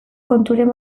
konturen